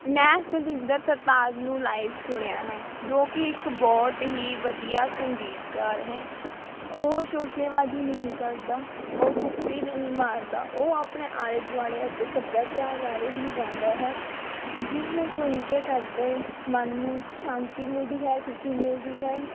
ਮੈਂ ਸਤਿੰਦਰ ਸਰਤਾਜ ਨੂੰ ਲਾਈਵ ਸੁਣਿਆ ਹੈ ਜੋ ਕੀ ਇੱਕ ਬਹੁਤ ਹੀ ਵਧੀਆ ਸੰਗੀਤਕਾਰ ਹੈ ਉਹ ਸੋਸ਼ੇਬਾਜ਼ੀ ਨਹੀਂ ਕਰਦਾ ਉਹ ਫੁਕਰੀ ਨਹੀਂ ਮਾਰਦਾ ਉਹ ਆਪਣੇ ਆਲੇ ਦੁਆਲੇ ਅਤੇ ਸੱਭਿਆਚਾਰ ਬਾਰੇ ਹੀ ਗਾਉਂਦਾ ਹੈ ਜਿਸਨੂੰ ਸੁਣ ਕੇ ਸਾਡੇ ਮਨ ਨੂੰ ਸ਼ਾਂਤੀ ਮਿਲਦੀ ਹੈ ਖੁਸ਼ੀ ਮਿਲਦੀ ਹੈ